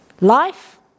life